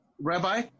Rabbi